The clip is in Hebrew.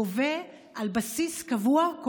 שגובה קורבנות על בסיס קבוע.